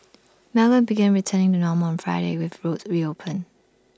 melbourne began returning to normal on Friday with roads reopened